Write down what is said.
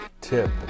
Tip